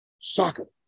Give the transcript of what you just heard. soccer